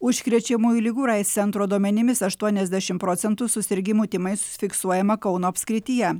užkrečiamųjų ligų ir aids centro duomenimis aštuoniasdešim procentų susirgimų tymais fiksuojama kauno apskrityje